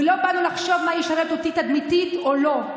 ולא באנו לחשוב מה ישרת אותי תדמיתית או לא.